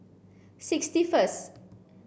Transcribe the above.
sixty first